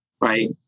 right